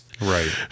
Right